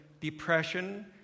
depression